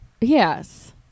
yes